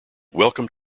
welcome